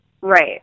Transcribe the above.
Right